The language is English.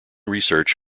research